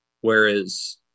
Whereas